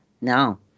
no